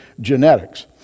genetics